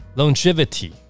longevity